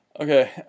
Okay